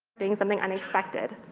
doing something unexpected.